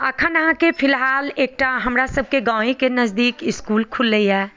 एखन अहाँके फिलहाल एकटा हमरा सभके गाँवएके नजदीक एकटा इस्कुल खुजलैए